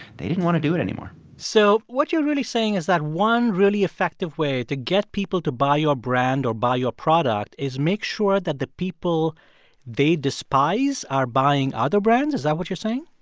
they didn't want to do it anymore so what you're really saying is that one really effective way to get people to buy your brand or buy your product is make sure that the people they despise are buying other brands? is that what you're saying?